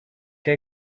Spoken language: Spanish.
que